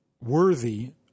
worthy